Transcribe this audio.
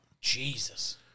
Jesus